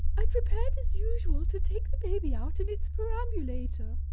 i prepared as usual to take the baby out in its perambulator.